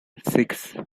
six